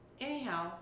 Anyhow